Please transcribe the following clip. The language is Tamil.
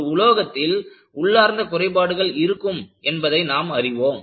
ஒரு உலோகத்தில் உள்ளார்ந்த குறைபாடுகள் இருக்கும் என்பதை நாம் அறிவோம்